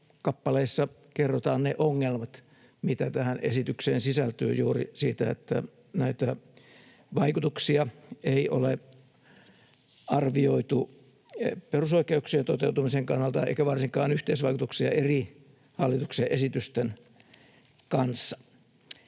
kappaleissa kerrotaan ne ongelmat, mitä tähän esitykseen sisältyy juuri siitä, että näitä vaikutuksia ei ole arvioitu perusoikeuksien toteutumisen kannalta eikä varsinkaan yhteisvaikutuksia eri hallituksen esitysten kanssa.